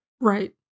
Right